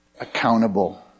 accountable